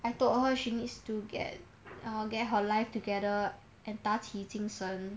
I told her she needs to get uh get her life together and 打起精神